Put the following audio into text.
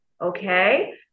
okay